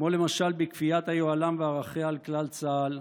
כמו למשל בכפיית היוהל"ם וערכיה על כלל צה"ל,